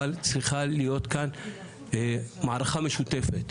אבל צריכה להיות כאן מערכה משותפת,